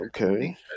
okay